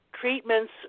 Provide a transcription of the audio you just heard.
treatments